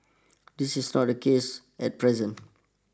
this is not the case at present